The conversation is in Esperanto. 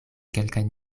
kelkajn